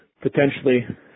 potentially